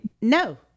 No